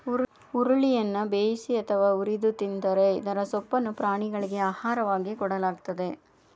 ಹುರುಳಿಯನ್ನ ಬೇಯಿಸಿ ಅಥವಾ ಹುರಿದು ತಿಂತರೆ ಇದರ ಸೊಪ್ಪನ್ನು ಪ್ರಾಣಿಗಳಿಗೆ ಆಹಾರವಾಗಿ ಕೊಡಲಾಗ್ತದೆ